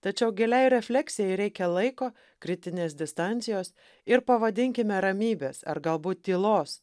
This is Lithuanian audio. tačiau giliai refleksijai reikia laiko kritinės distancijos ir pavadinkime ramybės ar galbūt tylos